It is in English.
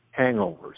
hangovers